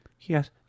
yes